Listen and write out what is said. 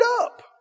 up